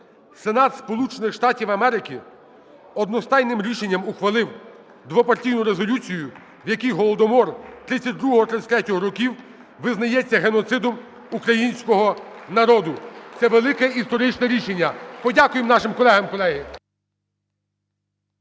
Америки одностайним рішенням ухвалив двопартійну резолюцію, в якій Голодомор 32-33-го років визнається геноцидом українського народу. Це велике історичне рішення. (Оплески) Подякуємо нашим колегам, колеги.